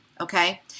okay